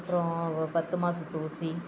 அப்புறோம் பத்து மாதத்து ஊசி